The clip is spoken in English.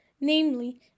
namely